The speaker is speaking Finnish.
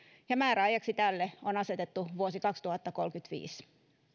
ja määräajaksi tälle on asetettu vuosi kaksituhattakolmekymmentäviisi